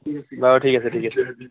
বাৰু ঠিক আছে ঠিক আছে